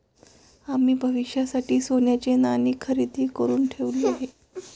आम्ही भविष्यासाठी सोन्याची नाणी खरेदी करुन ठेवली आहेत